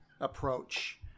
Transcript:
approach